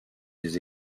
des